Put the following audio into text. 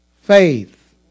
faith